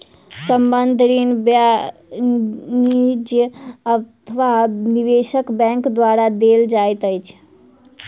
संबंद्ध ऋण वाणिज्य अथवा निवेशक बैंक द्वारा देल जाइत अछि